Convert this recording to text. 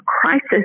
crisis